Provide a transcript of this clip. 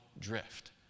drift